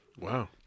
Wow